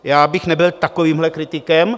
Já bych nebyl takovýmhle kritikem.